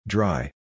Dry